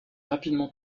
rapidement